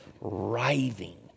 writhing